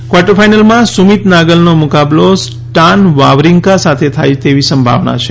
quarter ફાઇનલમાં સુમિત નાગલનો મુકાબલો સ્ટાન વાવરીન્કા સાથે થાય તેવી સંભાવના છે